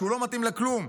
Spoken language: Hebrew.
שהוא לא מתאים לכלום.